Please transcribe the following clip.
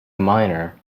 miner